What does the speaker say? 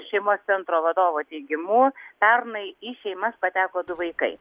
šeimos centro vadovo teigimu pernai į šeimas pateko du vaikai